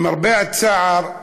למרבה הצער,